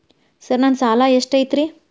Sir ನನ್ನ ಸಾಲಾ ಎಷ್ಟು ಐತ್ರಿ?